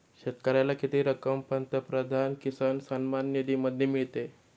शेतकऱ्याला किती रक्कम पंतप्रधान किसान सन्मान निधीमध्ये मिळते?